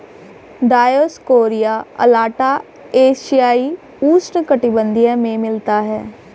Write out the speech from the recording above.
Dioscorea अलाटा एशियाई उष्णकटिबंधीय में मिलता है